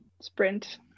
sprint